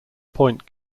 point